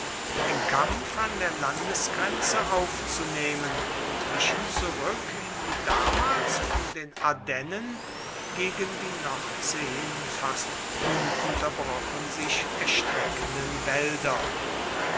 den kampf an der landesgrenze aufzunehmen und wichen zurück in die damals von den ardennen gegen die nordsee hin fast ununterbrochen sich erstreckenden wälder